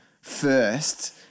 first